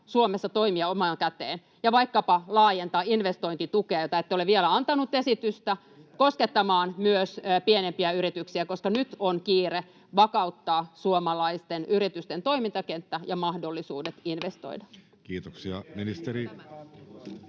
Suomessa toimia omaan käteen ja vaikkapa laajentaa investointitukea, mistä ette ole vielä antaneet esitystä, koskettamaan myös pienempiä yrityksiä, koska nyt on kiire vakauttaa suomalaisten yritysten toimintakenttä ja mahdollisuudet investoida. [Ben